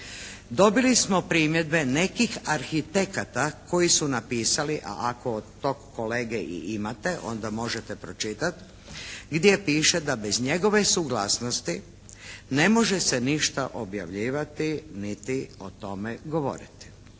Dobili smo primjedbe nekih arhitekata koji su napisali, a ako tog kolege i imate onda možete pročitati gdje piše da bez njegove suglasnosti ne može se ništa objavljivati niti o tome govoriti.